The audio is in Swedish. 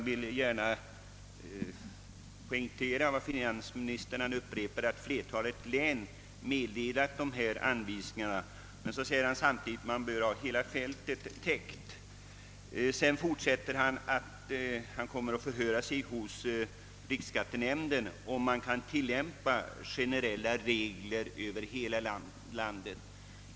Herr talman! Finansministern sade att flertalet län har meddelat anvisningar men att man bör ha hela fältet täckt. Vidare sade han att han kommer att höra med riksskattenämnden om generella regler kan tillämpas över hela landet.